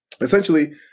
essentially